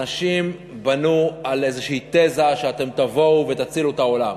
אנשים בנו על איזושהי תזה שאתם תבואו ותצילו את העולם,